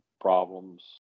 problems